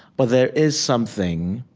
but there is something,